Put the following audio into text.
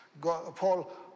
Paul